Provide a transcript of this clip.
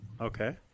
Okay